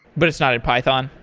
but it's not in python.